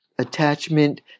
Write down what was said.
attachment